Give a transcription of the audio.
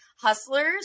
hustlers